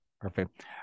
Perfect